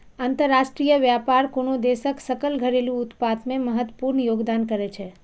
अंतरराष्ट्रीय व्यापार कोनो देशक सकल घरेलू उत्पाद मे महत्वपूर्ण योगदान करै छै